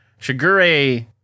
Shigure